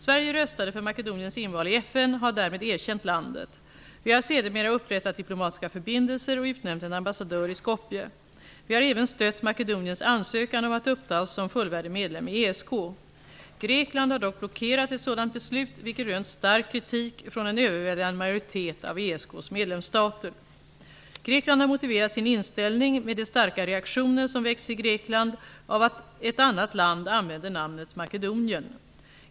Sverige röstade för Makedoniens inval i FN och har därmed erkänt landet. Vi har sedermera upprättat diplomatiska förbindelser och utnämnt en ambassadör i Skopje. Vi har även stött Makedoniens ansökan om att upptas som fullvärdig medlem i ESK. Grekland har dock blockerat ett sådant beslut, vilket rönt stark kritik från en överväldigande majoritet av ESK:s medlemsstater. Grekland har motiverat sin inställning med de starka reaktioner som väckts i Grekland av att ett annat land använder namnet Makedonien.